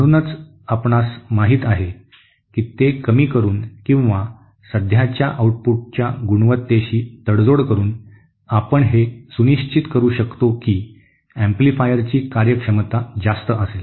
म्हणूनच आपणास माहित आहे की ते कमी करून किंवा सध्याच्या आउटपुटच्या गुणवत्तेशी तडजोड करून आपण हे सुनिश्चित करू शकतो की एम्पलीफायरची कार्यक्षमता जास्त असेल